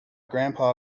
grandpa